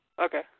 Okay